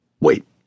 Wait